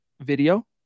video